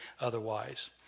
otherwise